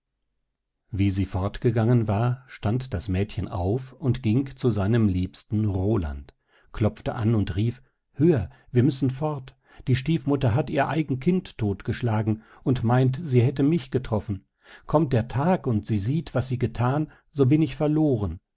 wie sie fortgegangen war stand das mädchen auf und ging zu seinem liebsten roland klopfte an und rief hör wir müssen fort die stiefmutter hat ihr eigen kind todtgeschlagen und meint sie hätte mich getroffen kommt der tag und sie sieht was sie gethan so bin ich verloren